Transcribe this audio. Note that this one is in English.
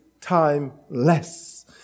timeless